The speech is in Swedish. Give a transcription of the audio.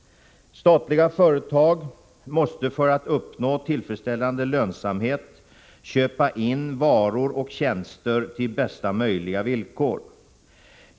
Statliga företag måste för att uppnå tillfredsställande lönsamhet köpa in varor och tjänster till bästa möjliga villkor.